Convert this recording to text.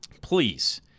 please –